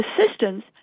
assistance